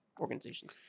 organizations